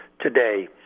today